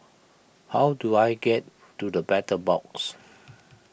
how do I get to the Battle Box